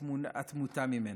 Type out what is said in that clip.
התמותה ממנה.